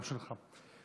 גם שלך.